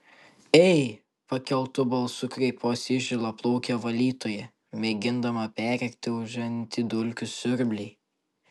ei pakeltu balsu kreipiuosi į žilaplaukę valytoją mėgindama perrėkti ūžiantį dulkių siurblį